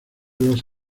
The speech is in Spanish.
los